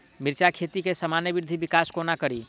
मिर्चा खेती केँ सामान्य वृद्धि विकास कोना करि?